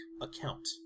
account